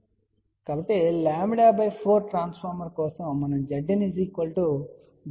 కాబట్టి λ 4 ట్రాన్స్ఫార్మర్ కోసం మనం Zin Z02 ZL ను చూశాము